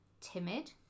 timid